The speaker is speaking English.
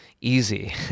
Easy